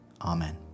Amen